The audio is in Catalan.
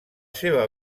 seva